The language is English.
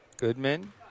Goodman